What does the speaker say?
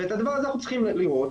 ואת הדבר הזה אנחנו צריכים לראות,